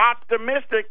optimistic